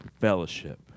fellowship